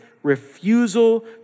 refusal